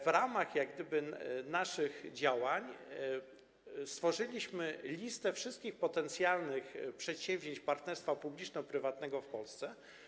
W ramach naszych działań stworzyliśmy listę wszystkich potencjalnych przedsięwzięć partnerstwa publiczno-prywatnego w Polsce.